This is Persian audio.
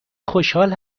خوشحال